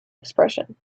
expression